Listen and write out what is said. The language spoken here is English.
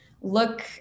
look